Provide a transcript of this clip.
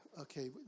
okay